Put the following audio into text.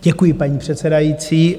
Děkuji, paní předsedající.